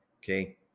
Okay